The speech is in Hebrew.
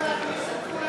חברי הכנסת,